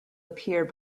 appear